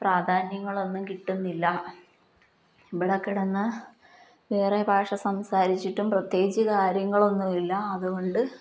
പ്രാധാന്യങ്ങളൊന്നും കിട്ടുന്നില്ല ഇവിടെ കിടന്ന് വേറെ ഭാഷ സംസാരിച്ചിട്ടും പ്രത്യേകിച്ച് കാര്യങ്ങളൊന്നും ഇല്ല അതു കൊണ്ട്